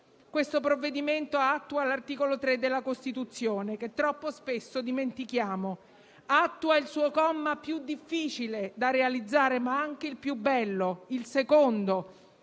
Il provvedimento attua l'articolo 3 della Costituzione, che troppo spesso dimentichiamo; attua il suo comma più difficile da realizzare, ma anche il più bello, il secondo,